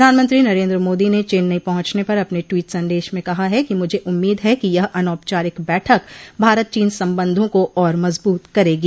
प्रधानमंत्री नरेन्द्र मोदी ने चेन्नई पहुचने पर अपने ट्वीट सन्देश में कहा है कि मझे उम्मीद है कि यह अनौपचारिक बैठक भारत चीन संबंधों को और मजबूत करेगी